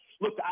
Look